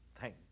thank